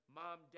mom